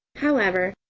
however,